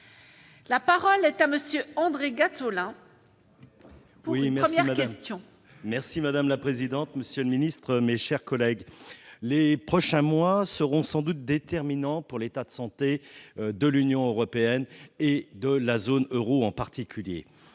La parole est à Monsieur André Gattolin. Oui, merci, merci, madame la présidente, monsieur le Ministre, mes chers collègues, les prochains mois seront sans doute déterminants pour l'état de santé de l'Union européenne et de la zone Euro en particulier,